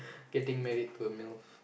getting married to a MILF